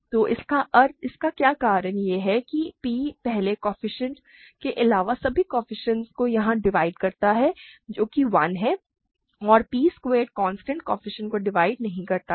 तो इसका कारण यह है कि p पहले केफीसिएंट के अलावा सभी कोएफ़िशिएंट्स को यहाँ डिवाइड करता है जो कि 1 है और p स्क्वैरेड कांस्टेंट कोएफ़िशिएंट्स को डिवाइड नहीं करता है